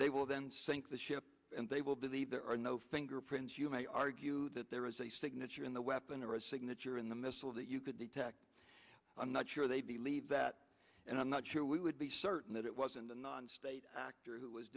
they will then sink the ship and they will believe there are no fingerprints you may argue that there is a signature in the weapon or signature in the missiles that you could detect i'm not sure they believe that and i'm not sure we would be certain that it was in the non state actors that was